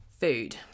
food